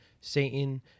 Satan